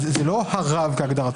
אז זה לא הרב כהגדרתו,